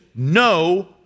No